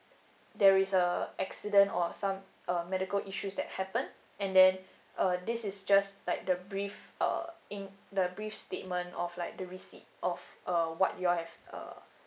there is a accident or some uh medical issues that happen and then uh this is just like the brief uh in the brief statement of like the receipt of uh what you all have uh